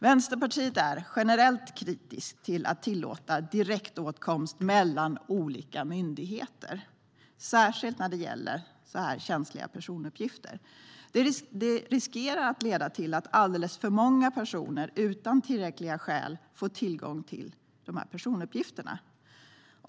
Vänsterpartiet är generellt kritiskt till att tillåta direktåtkomst mellan olika myndigheter, särskilt när det gäller så här känsliga personuppgifter. Det riskerar att leda till att alldeles för många personer utan tillräckliga skäl får tillgång till de här personuppgifterna.